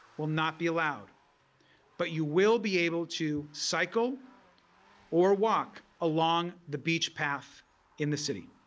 will not be allowed but you will be able to cycle or walk along the beach path in the city